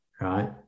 right